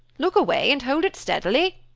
look away and hold it steadily.